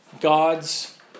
God's